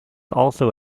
also